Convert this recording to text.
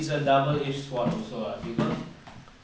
it's a double edged sword also lah because